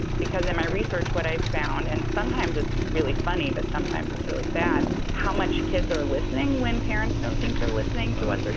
because in my research, what i've found and sometimes, it's really funny, but sometimes it's really sad how much kids are listening when parents don't think they're listening to but what they're